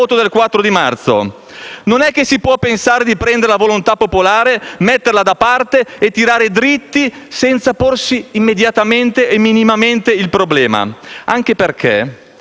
Non si può pensare di prendere la volontà popolare, metterla da parte e tirare dritti, senza porsi immediatamente e minimamente il problema. Ciò anche perché